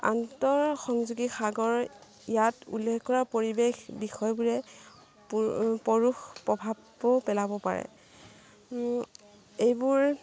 আন্তঃসংযোগী সাগৰ ইয়াত উল্লেখ কৰা পৰিৱেশ বিষয়বোৰে পৰোক্ষ প্ৰভাৱো পেলাব পাৰে এইবোৰ